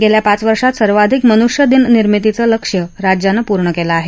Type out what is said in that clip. गेल्या पाच वर्षात सर्वाधिक मनुष्यदिन निर्मितीचं लक्ष्य राज्यानं पूर्ण केलं आहे